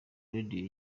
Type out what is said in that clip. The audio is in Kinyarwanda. radio